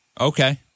Okay